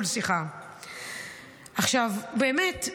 עכשיו, באמת,